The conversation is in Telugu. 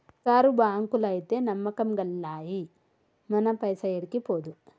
సర్కారు బాంకులైతే నమ్మకం గల్లయి, మన పైస ఏడికి పోదు